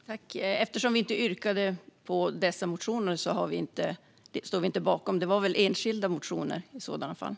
Fru talman! Eftersom vi inte yrkade bifall till motionerna står vi inte bakom dem. Det var väl enskilda motioner i sådana fall.